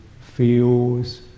feels